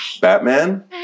Batman